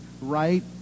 right